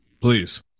Please